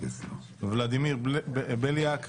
ולדימיר בליאק,